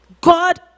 God